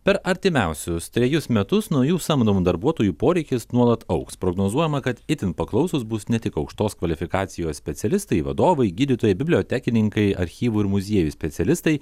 per artimiausius trejus metus naujų samdomų darbuotojų poreikis nuolat augs prognozuojama kad itin paklausūs bus ne tik aukštos kvalifikacijos specialistai vadovai gydytojai bibliotekininkai archyvų ir muziejų specialistai